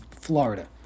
Florida